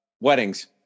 weddings